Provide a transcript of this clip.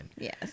yes